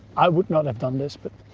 i would not have done this, but.